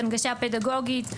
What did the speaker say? הנגשה פדגוגית.